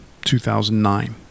2009